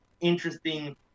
interesting